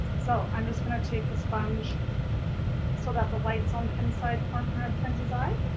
so, i'm just gonna take the sponge so that the white's on inside corner of kenzie's eye.